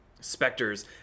specters